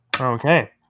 okay